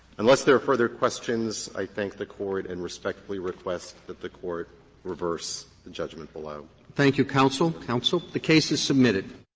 unless there are further questions, i thank the court and respectfully request that the court reverse the judgment below. roberts thank you, counsel, counsel. the case is submitted.